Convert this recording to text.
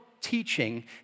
teaching